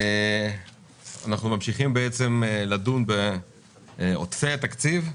אנחנו ממשיכים לדון בעודפי התקציב,